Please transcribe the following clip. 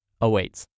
awaits